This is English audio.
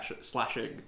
slashing